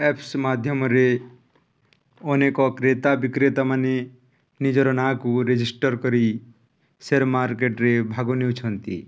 apps ମାଧ୍ୟମରେ ଅନେକ କ୍ରେତା ବିକ୍ରେତା ମାନେ ନିଜର ନାଁକୁ ରେଜିଷ୍ଟର କରି ସେୟାର୍ ମାର୍କେଟରେ ଭାଗ ନେଉଛନ୍ତି